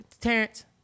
Terrence